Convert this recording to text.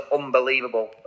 unbelievable